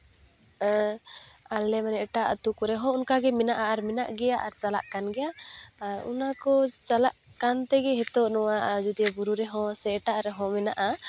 ᱟᱞᱮ ᱢᱟᱱᱮ ᱮᱴᱟᱜ ᱟᱛᱳ ᱠᱚᱨᱮ ᱦᱚᱸ ᱚᱱᱠᱟᱜᱮ ᱢᱮᱱᱟᱜᱼᱟ ᱟᱨ ᱢᱮᱱᱟᱜ ᱜᱮᱭᱟ ᱟᱨ ᱪᱟᱞᱟᱜ ᱠᱟᱱ ᱜᱮᱭᱟ ᱟᱨ ᱚᱱᱟᱠᱚ ᱪᱟᱞᱟᱜ ᱠᱟᱱ ᱛᱮᱜᱮ ᱱᱤᱛᱚᱜ ᱱᱚᱣᱟ ᱟᱡᱳᱫᱤᱭᱟᱹ ᱵᱩᱨᱩ ᱨᱮᱦᱚᱸ ᱥᱮ ᱮᱴᱟᱜ ᱨᱮᱦᱚᱸ ᱢᱮᱱᱟᱜᱼᱟ